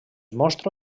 mostra